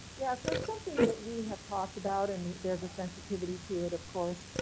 yeah, so it's something that we have talked about and there's a sensitivity to it, of course,